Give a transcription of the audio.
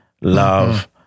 love